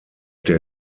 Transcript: der